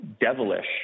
devilish